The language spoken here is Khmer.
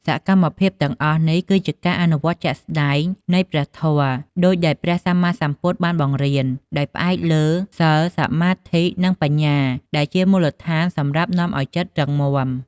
សកម្មភាពទាំងអស់នេះ គឺជាការអនុវត្តជាក់ស្ដែងនៃព្រះធម៌ដូចដែលព្រះសម្មាសម្ពុទ្ធបានបង្រៀន ដោយផ្អែកលើសីល សមាធិ និងបញ្ញា ដែលជាមូលដ្ឋានសម្រាប់នាំឲ្យចិត្តរឹងមាំ។